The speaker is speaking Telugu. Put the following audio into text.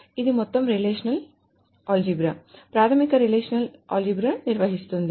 ఇది మొత్తం రిలేషనల్ బీజగణితం ప్రాథమిక రిలేషనల్ ఆల్జీబ్రా నిర్వచిస్తుంది